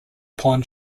pawn